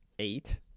Eight